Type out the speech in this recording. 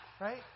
Right